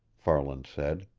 farland said.